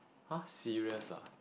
!huh! serious ah